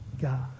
God